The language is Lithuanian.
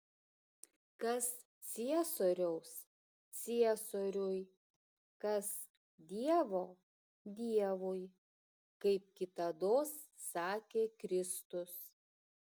kas ciesoriaus ciesoriui kas dievo dievui kaip kitados sakė kristus